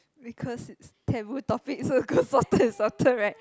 because it's taboo topic so got softer and softer [right]